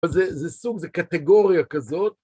זה סוג, זה קטגוריה כזאת.